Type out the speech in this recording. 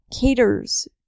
caters